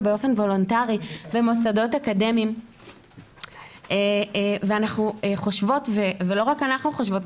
באופן וולונטרי במוסדות אקדמיים ואנחנו חושבות ולא רק אנחנו חושבות,